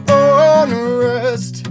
unrest